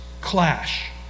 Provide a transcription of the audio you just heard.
clash